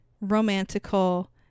romantical